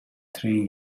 three